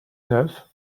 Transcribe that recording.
neuf